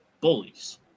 bullies